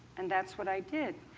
and that's what i did.